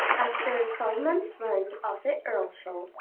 after a twelvemonth's run off at earlshall,